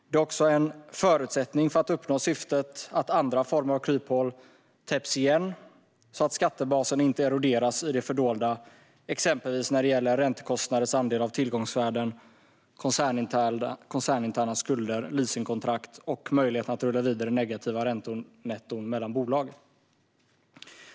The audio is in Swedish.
Det är också en förutsättning för att uppnå syftet att andra former av kryphål täpps igen så att skattebasen inte eroderas i det fördolda, exempelvis när det gäller räntekostnaders andel av tillgångsvärden, koncerninterna skulder, leasingkontrakt och möjligheten att rulla vidare negativa räntenetton mellan bolag.